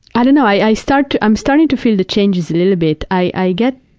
i don't know, i start to, i'm starting to feel the changes a little bit. i i get